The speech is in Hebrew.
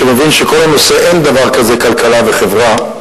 שמבין שאין דבר כזה כלכלה וחברה,